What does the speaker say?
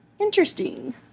Interesting